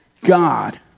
God